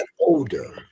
older